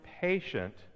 patient